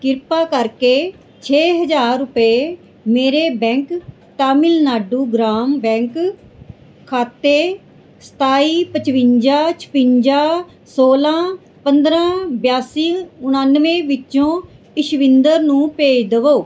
ਕ੍ਰਿਪਾ ਕਰਕੇ ਛੇ ਹਜ਼ਾਰ ਰੁਪਏ ਮੇਰੇ ਬੈਂਕ ਤਾਮਿਲਨਾਡੂ ਗ੍ਰਾਮ ਬੈਂਕ ਖਾਤੇ ਸਤਾਈ ਪਚਵੰਜਾ ਛਿਵੰਜਾ ਸੋਲ੍ਹਾਂ ਪੰਦਰ੍ਹਾਂ ਬਿਆਸੀ ਉਣਾਨਵੇਂ ਵਿਚੋਂ ਇਸ਼ਵਿੰਦਰ ਨੂੰ ਭੇਜ ਦੇਵੋ